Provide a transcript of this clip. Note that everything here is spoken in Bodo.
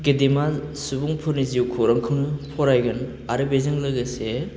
गेदेमा सुबुंफोरनि जिउखौरांखौनो फरायगोन आरो बेजों लोगोसे